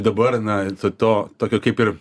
dabar na to tokio kaip ir